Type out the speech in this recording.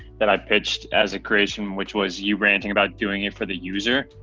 that i pitched as a creation, which was you ranting about doing it for the user.